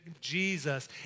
Jesus